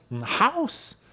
house